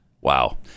Wow